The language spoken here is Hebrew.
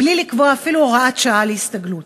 בלי לקבוע אפילו הוראת שעה להסתגלות.